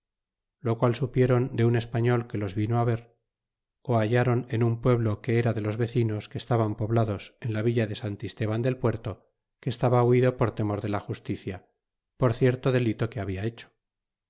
lo qual supiéron de un español que los vino á ver ó hallaron en un pueblo que era de los vecinos que estaban poblados en la villa de santisteban del puerto que estaba huido por temor de la justicia por cierto delito que habia hecho